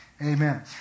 amen